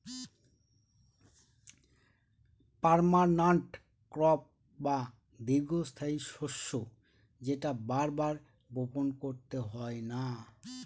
permanent crop বা দীর্ঘস্থায়ী শস্য যেটা বার বার বপন করতে হয় না